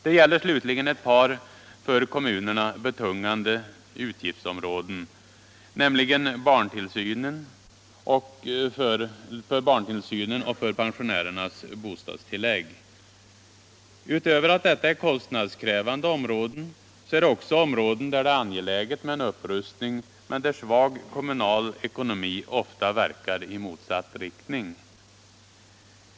Det gäller slutligen ett par för kommunerna betungande utgiftsområden, nämligen barntillsynen och pensionärernas bostadstillägg. Detta är kostnadskrävande områden. Det är också områden där det är angeläget med en upprustning men där svag kommunal ckonomi ofta verkar i motsatt riktning.